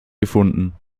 gefunden